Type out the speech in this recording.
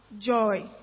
joy